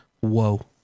whoa